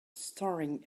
staring